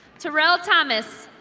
terrel thomas.